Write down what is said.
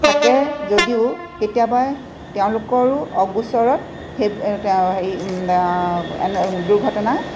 থাকে যদিও কেতিয়াবা তেওঁলোকৰো অগোচৰত সেই হেৰি দুৰ্ঘটনা